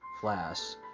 Flas